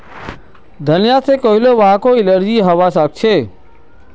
धनिया से काहको काहको एलर्जी हावा सकअछे